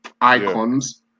icons